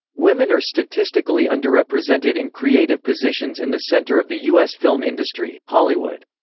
women are statistically underrepresented in creative positions in the center of the us film industry, hollywood.